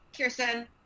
Kirsten